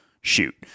shoot